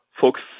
Folks